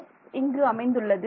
x இங்கு அமைந்துள்ளது